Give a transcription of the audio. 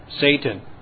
Satan